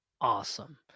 Awesome